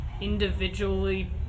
individually